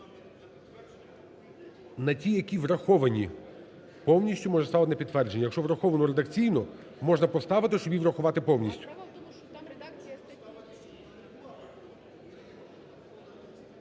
На ті, які враховані повністю, можна ставити на підтвердження. Якщо враховано редакційно, можна поставити, щоб її врахувати повністю.